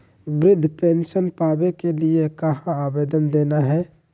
वृद्धा पेंसन पावे के लिए कहा आवेदन देना है?